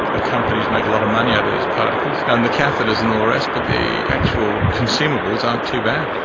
the companies make a lot of money out of these particles, and the catheters and all the rest, but the actual consumables aren't too bad.